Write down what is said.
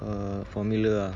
uh formula ah